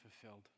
fulfilled